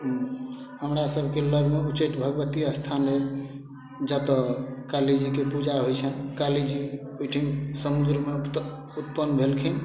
हमरा सबके लगमे उच्चैठ भगवती स्थान अइ जतऽ कालीजीके पूजा होइ छनि काली जी ओहिठिन समुद्रमे उत उत्पन्न भेलखिन